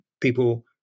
people